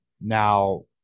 Now